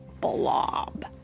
blob